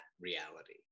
reality